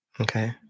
Okay